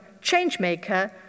changemaker